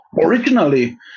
Originally